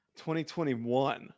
2021